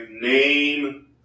name